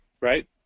right